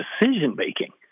decision-making